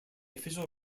official